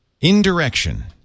Indirection